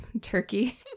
turkey